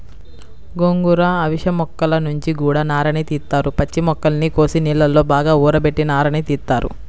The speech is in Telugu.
గోంగూర, అవిశ మొక్కల నుంచి గూడా నారని తీత్తారు, పచ్చి మొక్కల్ని కోసి నీళ్ళలో బాగా ఊరబెట్టి నారని తీత్తారు